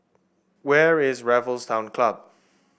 where is Raffles Town Club